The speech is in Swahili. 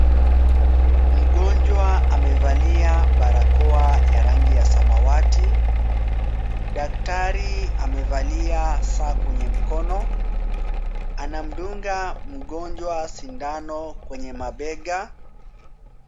Mgonjwa amevalia barakoa ya rangi ya samawati. Daktari amevalia saa kwenye mkono. Anamdunga mgonjwa sindano kwenye mabega.